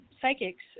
psychics